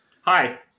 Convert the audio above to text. Hi